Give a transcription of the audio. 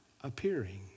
appearing